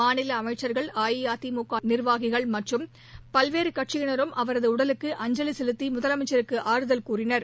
மாநில அமைச்சர்கள் அஇஅதிமுக நிர்வாகிகள் மற்றும் பல்வேறு கட்சியினரும் அவரது உடலுக்கு அஞ்சலி செலுத்தி முதலமைச்சருக்கு ஆறுதல் கூறினர்